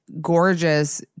gorgeous